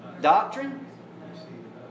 Doctrine